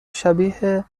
شبیه